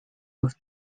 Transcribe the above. with